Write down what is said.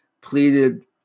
pleaded